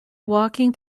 walking